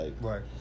Right